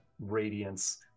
radiance